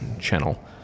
channel